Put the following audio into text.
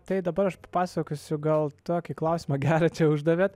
tai dabar aš pasakosiu gal tokį klausimą gerą čia uždavėt